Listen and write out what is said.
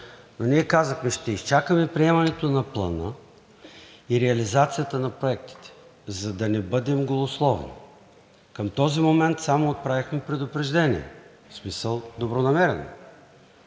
Но ние казахме: ще изчакаме приемането на Плана и реализацията на проектите, за да не бъдем голословни. Към този момент само отправихме предупреждение, в смисъл добронамерено